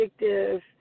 addictive